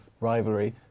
rivalry